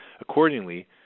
Accordingly